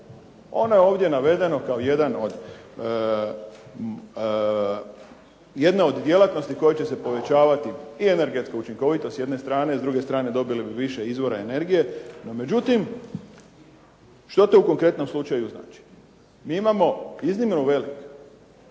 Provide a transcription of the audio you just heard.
Ono je ovdje navedeno kao jedna od djelatnosti kojom će se povećavati i energetska učinkovitost s jedne strane, s druge strane dobili bi više izvora energije, no međutim što to u konkretnom slučaju znači? Mi imamo iznimno velik